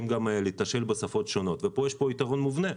לתשאל גם בשפות שונות ופה יש יתרון מובנה,